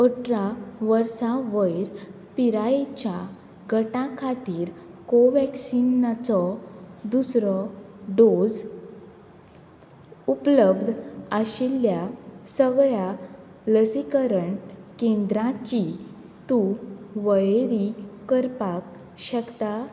अठरा वर्सां वयर पिरायेच्या गटां खातीर कोव्हॅक्सिनाचो दुसरो डोस उपलब्ध आशिल्ल्या सगळ्या लसीकरण केंद्रांची तूं वळेरी करपाक शकता